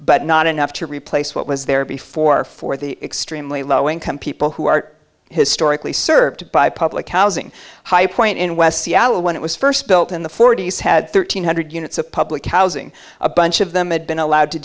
but not enough to replace what was there before for the extremely low income people who are historically served by public housing high point in west seattle when it was first built in the forty's had thirteen hundred units of public housing a bunch of them had been allowed to